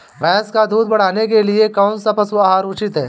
भैंस का दूध बढ़ाने के लिए कौनसा पशु आहार उचित है?